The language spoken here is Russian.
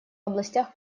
областях